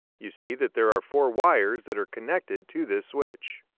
you see that there are four wires that are connected to this switch.